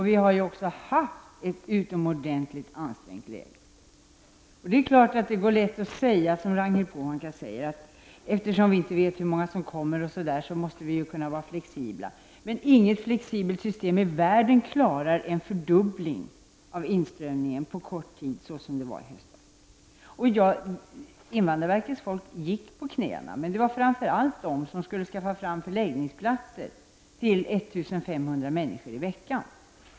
Läget har varit mycket ansträngt. Det är lätt att säga, som Ragnhild Pohanka gör, att eftersom vi inte vet hur många som kommer, måste vi vara flexibla. Men inget flexibelt system i världen klarar den fördubbling av inströmningen på kort tid som vi fick förra hösten. Invandrarverkets folk gick på knäna, framför allt de som skulle skaffa fram förläggningsplatser till 1 500 människor i veckan.